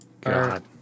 God